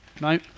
No